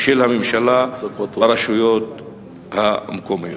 של הממשלה ברשויות המקומיות.